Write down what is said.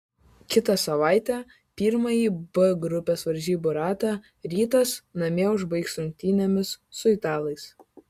kitą savaitę pirmąjį b grupės varžybų ratą rytas namie užbaigs rungtynėmis su italais